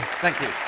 thank you